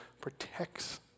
protects